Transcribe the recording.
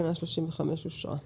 תקנה 35 אושרה פה-אחד.